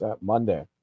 Monday